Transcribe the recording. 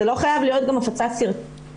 זאת לא חייבת להיות הפצת סרטון.